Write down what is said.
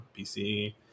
PC